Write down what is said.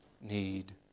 need